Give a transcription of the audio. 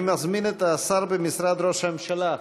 אני מזמין את השר במשרד ראש הממשלה,